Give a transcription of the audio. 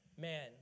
man